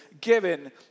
given